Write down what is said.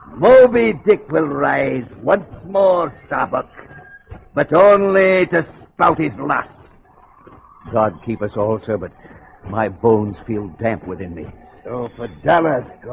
moby dick will rise one small step up but only to spout his last god keep us also but my bones feel damp within me but